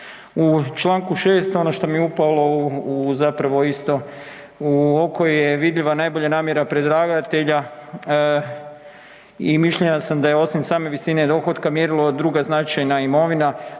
U čl. 6., ono što mi je upalo zapravo isto u oko je vidljiva najbolja namjera predlagatelja i mišljenja sam da je osim same visine dohotka, mjerilo i druga značajna imovina,